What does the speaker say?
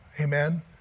Amen